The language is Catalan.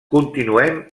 continuem